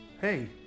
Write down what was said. Hey